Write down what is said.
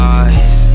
eyes